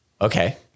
okay